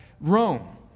Rome